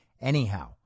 Anyhow